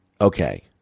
okay